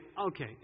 Okay